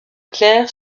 clercs